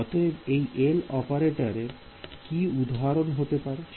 অতএব এই L অপারেটরের কি উদাহরণ হতে পারে